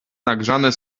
nagrzane